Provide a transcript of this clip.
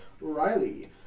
Riley